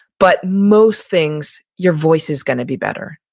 but most things your voice is gonna be better,